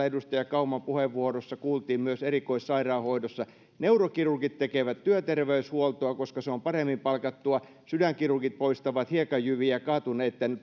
edustaja kauman puheenvuorossa kuultiin myös erikoissairaanhoidossa neurokirurgit tekevät työterveyshuoltoa koska se on paremmin palkattua sydänkirurgit poistavat hiekanjyviä kaatuneitten